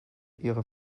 ihre